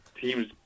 teams